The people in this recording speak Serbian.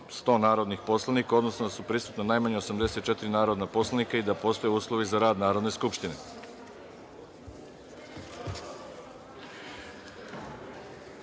100 narodnih poslanika, odnosno da su prisutna najmanje 84 narodna poslanika i da postoje uslovi za rad Narodne skupštine. Da